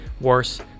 worse